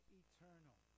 eternal